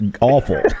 awful